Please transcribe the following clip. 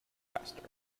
faster